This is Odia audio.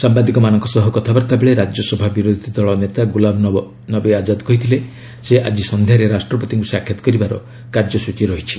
ସାମ୍ବାଦିକମାନଙ୍କ ସହ କଥାବାର୍ତ୍ତା ବେଳେ ରାଜ୍ୟସଭା ବିରୋଧୀ ଦଳ ନେତା ଗୁଲାମ ନବି ଆଜ୍ଜାଦ କହିଥିଲେ ସେ ଆଜି ସନ୍ଧ୍ୟାରେ ରାଷ୍ଟ୍ରପତିଙ୍କୁ ସାକ୍ଷାତ କରିବାର କାର୍ଯ୍ୟସ୍କଚୀ ରହିଛି